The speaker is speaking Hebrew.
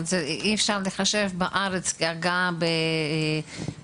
אבל אי אפשר לחשב בארץ הגעה מקריות,